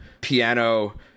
piano